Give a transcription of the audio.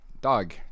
dog